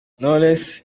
knowless